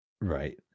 Right